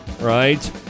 right